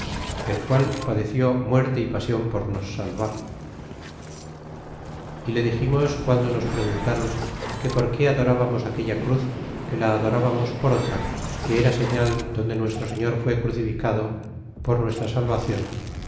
el qual padeció muerte y pasion por nos salvar y le diximos guando nos preguntaron que por qué adorábamos aquella cruz que la adorábamos por otra que era señal donde nuestro señor fue crucificado por nuestra salvacion